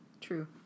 True